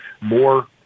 more